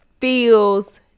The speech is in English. feels